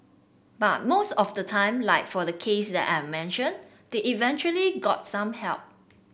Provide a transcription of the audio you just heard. but most of the time like for the case that I mentioned they eventually got some help